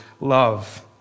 love